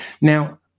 Now